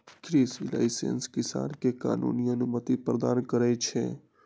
कृषि लाइसेंस किसान के कानूनी अनुमति प्रदान करै छै